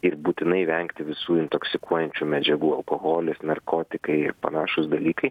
ir būtinai vengti visų intoksikuojančių medžiagų alkoholis narkotikai ir panašūs dalykai